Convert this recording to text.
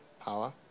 power